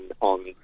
on